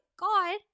God